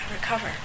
recover